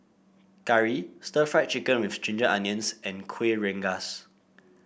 curry Stir Fried Chicken with Ginger Onions and Kueh Rengas